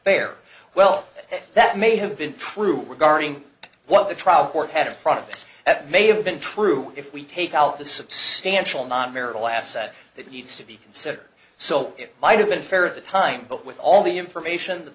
fair well that may have been true regarding what the trial court had a product that may have been true if we take out the substantial non marital asset that needs to be considered so it might have been fair at the time but with all the information that